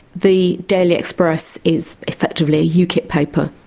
the daily express is effectively a ukip paper,